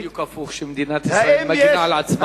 אולי זה בדיוק הפוך, שמדינת ישראל מגינה על עצמה.